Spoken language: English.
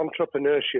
entrepreneurship